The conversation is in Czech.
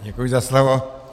Děkuji za slovo.